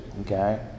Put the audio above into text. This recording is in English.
okay